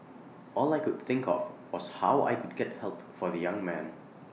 all I could think of was how I could get help for the young man